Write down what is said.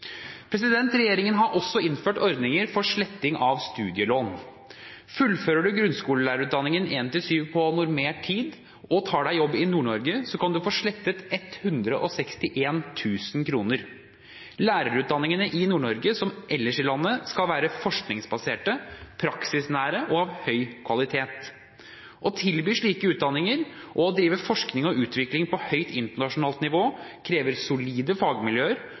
Regjeringen har også innført ordninger for sletting av studielån. Fullfører du grunnskolelærerutdanningen 1–7 på normert tid og tar deg jobb i Nord-Norge, kan du få slettet 161 000 kr. Lærerutdanningene i Nord-Norge, som ellers i landet, skal være forskningsbaserte, praksisnære og av høy kvalitet. Å tilby slike utdanninger, og å drive forskning og utvikling på høyt internasjonalt nivå, krever solide fagmiljøer